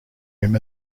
him